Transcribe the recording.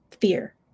fear